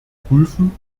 prüfen